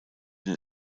den